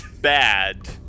bad